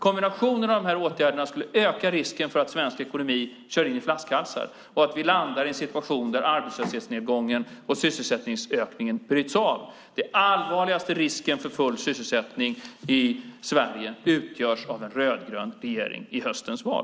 Kombinationen av de här åtgärderna skulle öka risken för att svensk ekonomi kör in i flaskhalsar och att vi landar i en situation där arbetslöshetsnedgången och sysselsättningsökningen bryts av. Den allvarligaste risken för full sysselsättning i Sverige utgörs av en rödgrön regering efter höstens val.